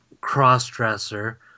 cross-dresser